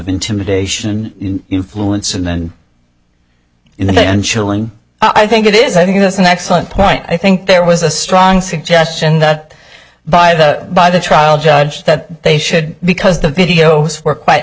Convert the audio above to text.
intimidation influence and then in the end chilling i think it is i think that's an excellent point i think there was a strong suggestion that by the by the trial judge that they should because the videos were quite